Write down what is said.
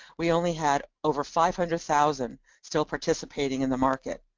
we only had over five hundred thousand still participating in the market.